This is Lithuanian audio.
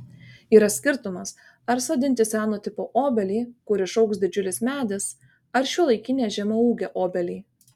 yra skirtumas ar sodinti seno tipo obelį kur išaugs didžiulis medis ar šiuolaikinę žemaūgę obelį